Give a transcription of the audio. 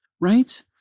right